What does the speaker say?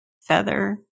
feather